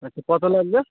আচ্ছা কত লাগবে